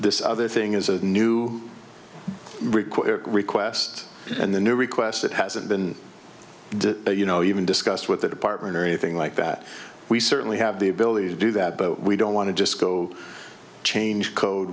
this other thing is a new required request and the new request that hasn't been you know even discussed with the department or anything like that we certainly have the ability to do that but we don't want to just go change code